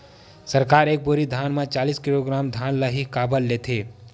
सरकार एक बोरी धान म चालीस किलोग्राम धान ल ही काबर लेथे?